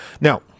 Now